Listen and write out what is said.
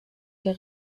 der